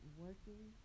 working